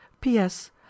P.S